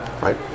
right